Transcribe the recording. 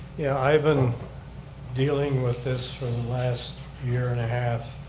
yeah i've been dealing with this for the last year and a half.